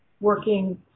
working